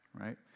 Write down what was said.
right